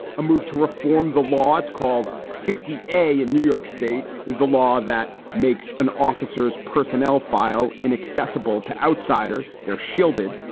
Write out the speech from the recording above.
a move to reform the law. it's called fifty. a and new york state is the law that makes an officers' personnel file inaccessible to outsiders. they're shielded,